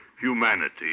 humanity